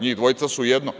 Njih dvojica su jedno.